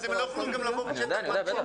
הם גם לא היו יכולים לבוא לשטח פתוח.